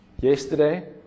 Yesterday